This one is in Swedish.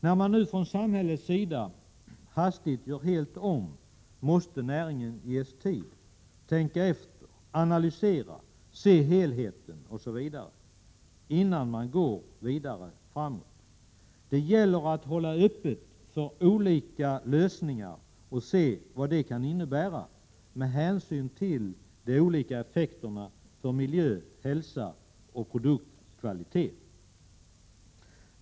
När man nu från samhällets sida hastigt gör helt om måste näringen ges tid, tänka efter, analysera, se helheten osv. innan man går vidare. Det gäller att hålla öppet för olika lösningar och se vad de kan innebära med hänsyn till de olika effekterna för miljö, hälsa och produktkvalitet.